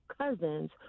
cousins